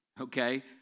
okay